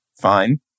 Fine